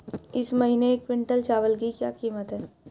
इस महीने एक क्विंटल चावल की क्या कीमत है?